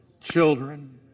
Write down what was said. children